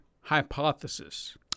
hypothesis